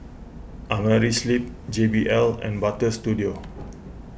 Amerisleep J B L and Butter Studio